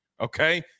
okay